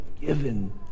given